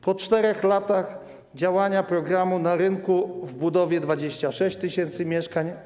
Po 4 latach działania programu na rynku w budowie jest 26 tys. mieszkań.